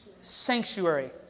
Sanctuary